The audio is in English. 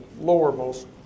lowermost